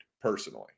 personally